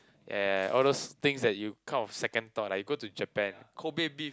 ya ya all those things that you kind of second thought like you go to Japan Kobe beef